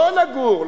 לא לגור,